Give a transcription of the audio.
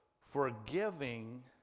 forgiving